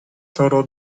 total